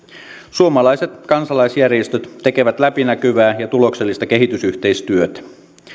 suomalaiset kansalaisjärjestöt tekevät läpinäkyvää ja tuloksellista kehitysyhteistyötä